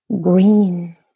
Green